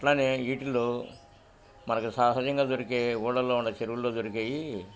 అట్లానే ఈీటిల్లో మనకు సహజంగా దొరికే ఊడల్లో ఉన్న చెరువుల్లో దొరికయి